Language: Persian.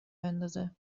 بندازه